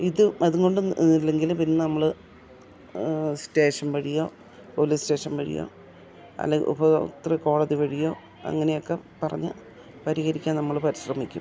ഇത് അതുകൊണ്ടൊണെന്ന് ഇല്ലെങ്കിൽ പിന്നെ നമ്മൾ സ്റ്റേഷൻ വഴിയോ പോലീസ് സ്റ്റേഷൻ വഴിയോ അല്ലേ ഉപഭോക്തൃ കോടതി വഴിയോ അങ്ങനെയൊക്കെ പറഞ്ഞു പരിഹരിക്കാൻ നമ്മൾ പരിശ്രമിക്കും